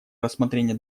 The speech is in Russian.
рассмотрение